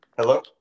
hello